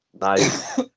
Nice